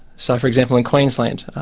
so for example in queensland,